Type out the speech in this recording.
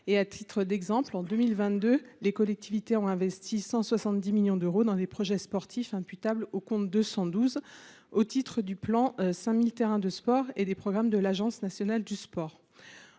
À titre d’exemple, en 2022, les collectivités ont investi 170 millions d’euros dans des projets sportifs imputables au compte 212, au titre du plan « 5 000 terrains de sport » et des programmes de l’Agence nationale du sport